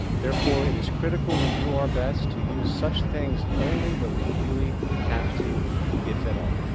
therefore, it is critical we do our best to use such things only when we really have to if at all.